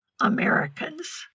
Americans